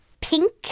pink